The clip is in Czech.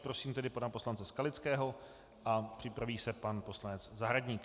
Prosím tedy pana poslance Skalického a připraví se pan poslanec Zahradník.